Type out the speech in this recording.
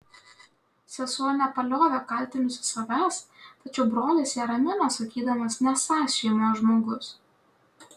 sesuo nepaliovė kaltinusi savęs tačiau brolis ją ramino sakydamas nesąs šeimos žmogus